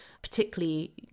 Particularly